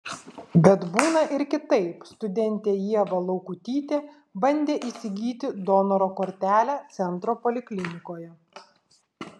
bet būna ir kitaip studentė ieva laukutytė bandė įsigyti donoro kortelę centro poliklinikoje